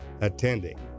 attending